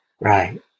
Right